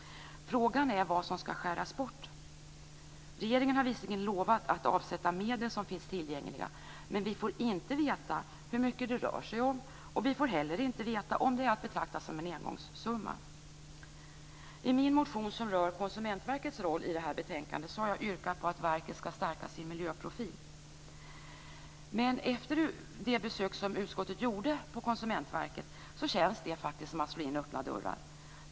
Frågan är vad som skall skäras bort. Regeringen har visserligen lovat att avsätta medel som finns tillgängliga, men vi får inte veta hur mycket det rör sig om och vi får inte heller veta om det är att betrakta som en engångssumma. I min motion som rör Konsumentverkets roll har jag yrkat på att verket skall stärka sin miljöprofil. Men efter utskottets besök hos verket känns det kravet som att slå in öppna dörrar.